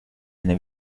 eine